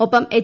ഒപ്പം എച്ച്